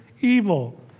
evil